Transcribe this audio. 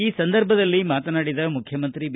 ಈ ಸಂದರ್ಭದಲ್ಲಿ ಮಾತನಾಡಿದ ಮುಖ್ಯಮಂತ್ರಿ ಬಿ